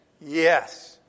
Yes